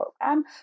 program